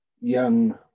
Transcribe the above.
young